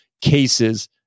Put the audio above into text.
cases